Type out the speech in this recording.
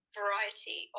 variety